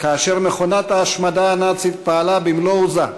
כאשר מכונת ההשמדה הנאצית פעלה במלוא עוזה,